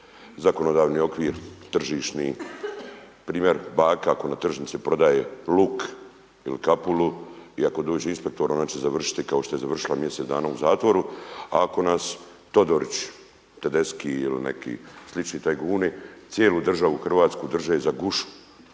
zakonodavni okvir, tržišni. Primjer baka koja na tržnici prodaje luk ili kapulu i ako dođe inspektor onda će završiti kao što je završila mjesec dana u zatvoru. A ako nas Todorić, Tedesci ili neki slični tajkuni cijelu državu Hrvatsku drže za gušu,